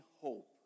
hope